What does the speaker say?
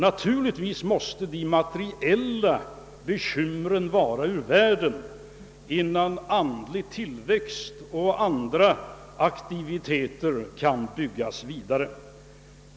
Naturligtvis måste de materiella bekymren vara ur världen innan andlig tillväxt och andra aktiviteter kan byggas vidare.